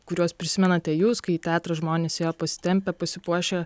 kuriuos prisimenate jūs kai į teatrą žmonės ėjo pasitempę pasipuošę